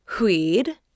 weed